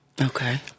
Okay